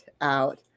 out